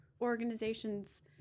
organizations